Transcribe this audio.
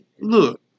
Look